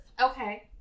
Okay